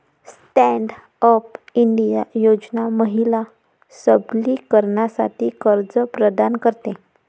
stand up India योजना महिला सबलीकरणासाठी कर्ज प्रदान करते